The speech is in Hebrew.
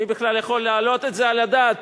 מי בכלל יכול להעלות את זה על הדעת,